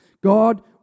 God